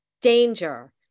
danger